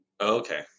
Okay